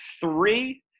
three